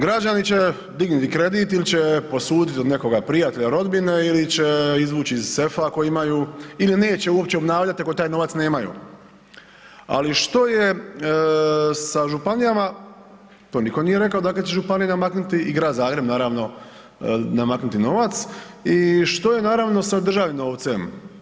Građani će dignuti kredit ili će posuditi od nekoga prijatelja, rodbine ili će izvući iz sefa ako imaju ili neće uopće obnavljati ako taj novac nemaju, ali što je sa županijama to nitko nije rekao odakle će županije namaknuti i Grad Zagreb naravno namaknuti novac i što je naravno sa državnim novcem.